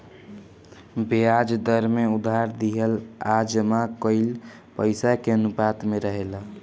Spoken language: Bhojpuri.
ब्याज दर में उधार दिहल आ जमा कईल पइसा के अनुपात में रहेला